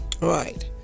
Right